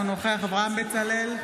אינו נוכח אברהם בצלאל,